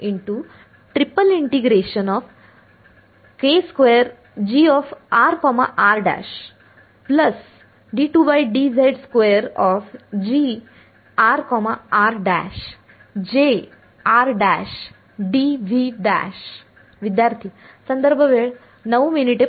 विद्यार्थीः